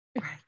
Right